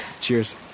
Cheers